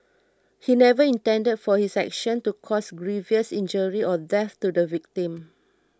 he never intended for his action to cause grievous injury or death to the victim